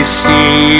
see